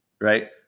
right